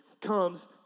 comes